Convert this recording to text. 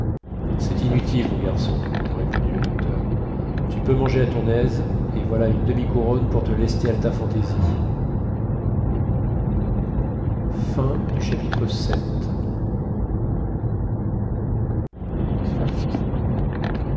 c'est inutile mon garçon répondit le docteur tu peux manger à ton aise et voilà une demi-couronne pour te lester à ta fantaisie chapitre